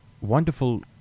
wonderful